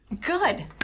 Good